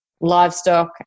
livestock